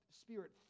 Spirit